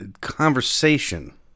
conversation